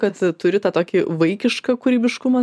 kad turi tą tokį vaikišką kūrybiškumą